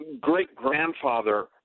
great-grandfather